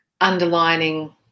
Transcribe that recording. underlining